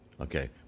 Okay